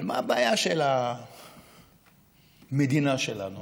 אבל מה הבעיה של המדינה שלנו?